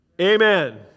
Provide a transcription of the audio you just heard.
Amen